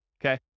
okay